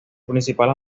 principal